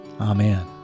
Amen